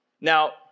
Now